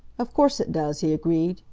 of course it does, he agreed,